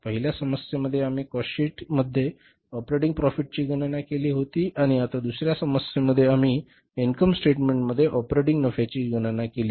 पहिल्या समस्येमध्ये आम्ही कॉस्ट शीट मध्ये ऑपरेटिंग प्रॉफिट ची गणना केली होती आणि आता दुसऱ्या समस्येमध्ये आम्ही इन्कम स्टेटमेंट मध्ये ऑपरेटिंग नफ्याची गणना केली